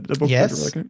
Yes